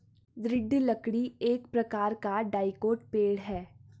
दृढ़ लकड़ी एक प्रकार का डाइकोट पेड़ है